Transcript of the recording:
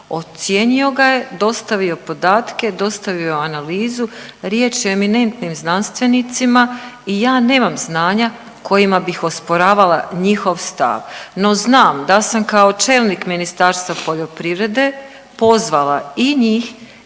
Ocijenio ga je, dostavio podatke, dostavio analizu, riječ je o eminentnim znanstvenicima i ja nemam znanja kojima bih osporavala njihov stav. No, znam da sam kao čelnik Ministarstva poljoprivrede pozvala i njih